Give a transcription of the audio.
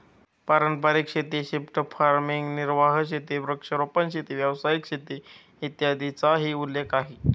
पारंपारिक शेती, shift farming, निर्वाह शेती, वृक्षारोपण शेती, व्यावसायिक शेती, इत्यादींचाही उल्लेख आहे